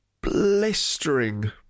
blistering